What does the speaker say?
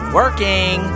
working